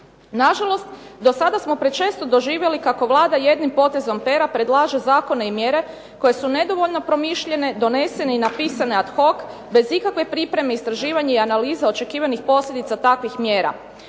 Na žalost, do sada smo prečesto doživjeli kako Vlada jednim potezom pera predlaže zakone i mjere koje su nedovoljno promišljene, donesene i napisane ad hoc bez ikakve pripreme, istraživanja i analize očekivanih posljedica takvih mjera.